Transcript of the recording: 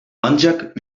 ancak